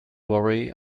worry